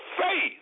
faith